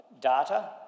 data